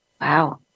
wow